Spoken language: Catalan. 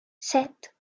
set